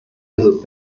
also